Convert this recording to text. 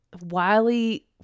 Wiley